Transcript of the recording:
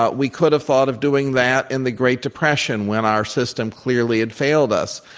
ah we could have thought of doing that in the great depression, when our system clearly had failed us.